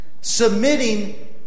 Submitting